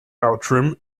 outram